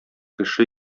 кеше